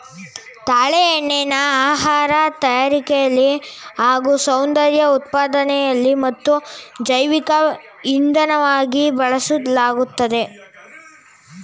ತಾಳೆ ಎಣ್ಣೆನ ಆಹಾರ ತಯಾರಿಕೆಲಿ ಹಾಗೂ ಸೌಂದರ್ಯ ಉತ್ಪನ್ನದಲ್ಲಿ ಮತ್ತು ಜೈವಿಕ ಇಂಧನವಾಗಿ ಬಳಸಲಾಗ್ತದೆ